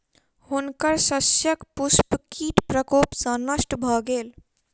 हुनकर शस्यक पुष्प कीट प्रकोप सॅ नष्ट भ गेल